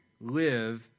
live